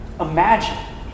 Imagine